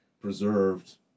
preserved